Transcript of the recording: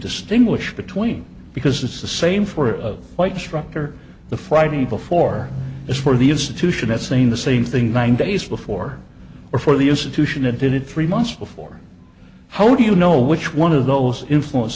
distinguish between because it's the same for a white structure the friday before is for the institution that same the same thing nine days before or for the institution and did it three months before how do you know which one of those influence